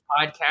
podcast